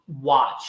watch